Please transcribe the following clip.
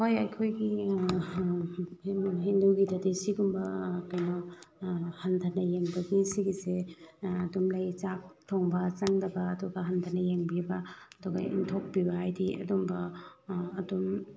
ꯍꯣꯏ ꯑꯩꯈꯣꯏꯒꯤ ꯍꯤꯟꯗꯨ ꯍꯤꯟꯗꯨꯒꯤꯗꯗꯤ ꯁꯤꯒꯨꯝꯕ ꯀꯩꯅꯣ ꯍꯟꯊꯅ ꯌꯦꯡꯕꯒꯤ ꯁꯤꯒꯤꯁꯦ ꯑꯗꯨꯝ ꯂꯩ ꯆꯥꯛ ꯊꯣꯡꯕ ꯆꯪꯗꯕ ꯑꯗꯨꯒ ꯍꯟꯊꯅ ꯌꯦꯡꯕꯤꯕ ꯑꯗꯨꯒ ꯏꯟꯊꯣꯛꯄꯤꯕ ꯍꯥꯏꯗꯤ ꯑꯗꯨꯝꯕ ꯑꯗꯨꯝ